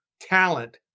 talent